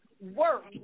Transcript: work